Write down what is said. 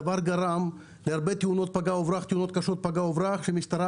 הדבר גרם להרבה תאונות קשות של פגע וברח שהמשטרה